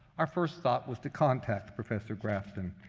our first thought was to contact professor grafton.